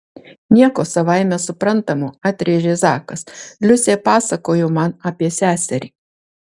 nieko savaime suprantamo atrėžė zakas liusė pasakojo man apie seserį